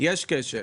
יש כשל.